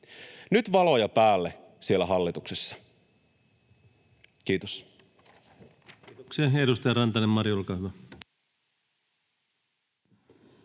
Nyt valoja päälle siellä hallituksessa. — Kiitos. Kiitoksia. — Ja edustaja Rantanen, Mari, olkaa hyvä.